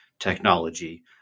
technology